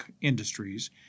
industries